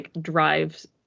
drives –